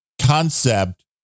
concept